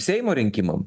seimo rinkimam